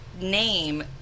name